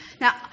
Now